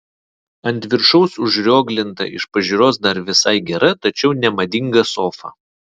ant viršaus užrioglinta iš pažiūros dar visai gera tačiau nemadinga sofa